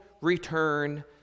return